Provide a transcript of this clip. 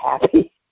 happy